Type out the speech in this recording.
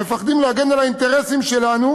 המפחדים להגן על האינטרסים שלנו",